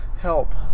Help